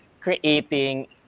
creating